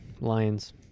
Lions